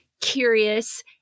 Curious